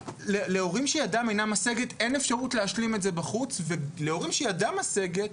להורים שידם אינם משגת אין אפשרות להשלים את זה בחוץ ולהורים שידם משגת,